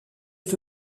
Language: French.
est